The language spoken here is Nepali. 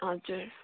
हजुर